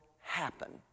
happen